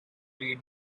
read